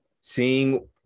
seeing